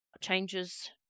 changes